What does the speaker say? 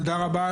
תודה רבה.